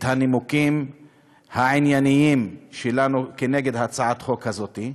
הנימוקים הענייניים שלנו נגד הצעת החוק הזאת.